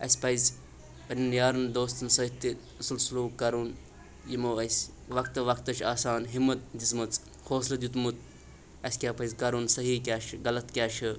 اَسہِ پَزِ پنٛنٮ۪ن یارَن دوستَن سۭتۍ تہِ اَصٕل سلوٗک کَرُن یِمو اَسہِ وَقتہٕ وَقتہٕ چھِ آسان ہِمت دِژمٕژ حوصلہٕ دیُتمُت اَسہِ کیٛاہ پَزِ کَرُن صحیح کیٛاہ چھُ غلط کیٛاہ چھُ